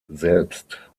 selbst